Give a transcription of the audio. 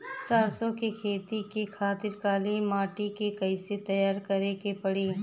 सरसो के खेती के खातिर काली माटी के कैसे तैयार करे के पड़ी?